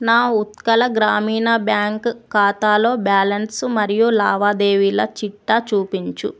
నా ఉత్కళ గ్రామీణ బ్యాంక్ ఖాతాలో బ్యాలన్స్ మరియు లావాదేవీల చిట్టా చూపించు